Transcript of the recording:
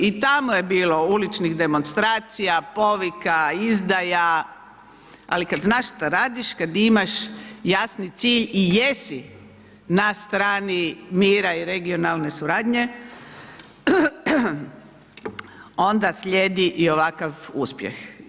I tamo je bilo uličnih demonstracija, povika, izdaja, ali kada znaš što radiš, kada imaš jasni cilj i jesi na strani mira i regionalne suradnje, onda slijedi i ovakav uspjeh.